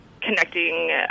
connecting